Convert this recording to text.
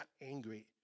angry